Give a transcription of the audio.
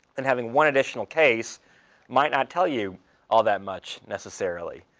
and having one additional case might not tell you all that much, necessarily.